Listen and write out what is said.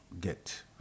get